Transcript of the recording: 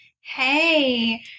hey